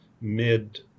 mid